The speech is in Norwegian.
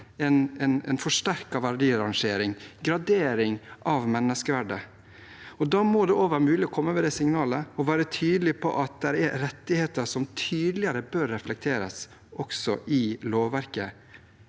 en forsterket verdirangering, en gradering av menneskeverdet. Da må det også være mulig å komme med dette signalet og være tydelig på at det er rettigheter som tydeligere bør reflekteres også i lovverket.